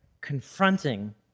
confronting